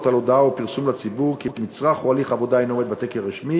על הודעה או פרסום לציבור כי מצרך או הליך עבודה אינו עומד בתקן רשמי,